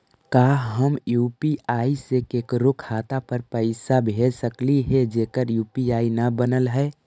का हम यु.पी.आई से केकरो खाता पर पैसा भेज सकली हे जेकर यु.पी.आई न बनल है?